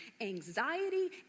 anxiety